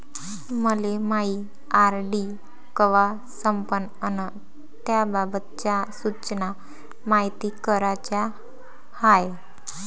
मले मायी आर.डी कवा संपन अन त्याबाबतच्या सूचना मायती कराच्या हाय